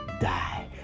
die